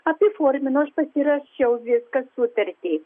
apiformino aš pasirašiau viską sutartį